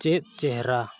ᱪᱮᱫ ᱪᱮᱦᱨᱟ